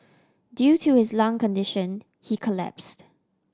due to his lung condition he collapsed